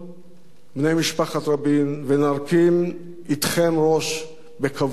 ונרכין אתכם ראש בכבוד וביקר